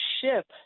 ship